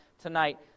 tonight